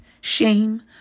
shame